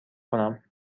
کنم